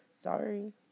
Sorry